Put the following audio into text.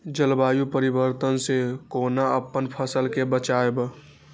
जलवायु परिवर्तन से कोना अपन फसल कै बचायब?